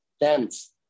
dance